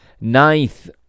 Ninth